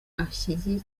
ashyigikiye